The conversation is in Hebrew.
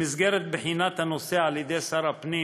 במסגרת בחינת הנושא על-ידי שר הפנים